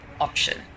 option